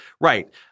right